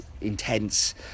intense